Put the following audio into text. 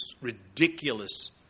ridiculous